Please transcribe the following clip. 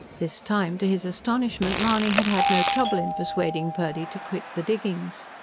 this time, to his astonishment, mahony had had no trouble in persuading purdy to quit the diggings.